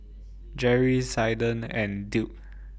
Jerry Zaiden and Duke